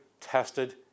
tested